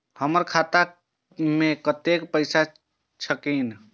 हमरो खाता में कतेक पैसा छकीन?